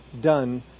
done